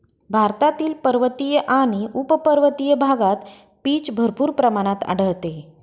भारतातील पर्वतीय आणि उपपर्वतीय भागात पीच भरपूर प्रमाणात आढळते